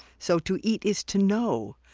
so to eat is to know.